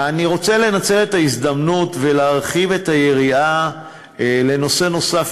אני רוצה לנצל את ההזדמנות ולהרחיב את היריעה לנושא נוסף,